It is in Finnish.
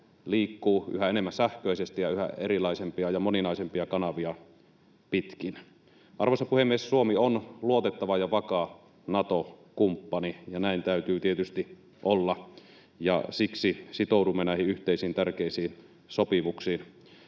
liikkuu yhä enemmän sähköisesti ja yhä erilaisempia ja moninaisempia kanavia pitkin. Arvoisa puhemies! Suomi on luotettava ja vakaa Nato-kumppani. Näin täytyy tietysti olla, ja siksi sitoudumme näihin yhteisiin tärkeisiin sopimuksiin.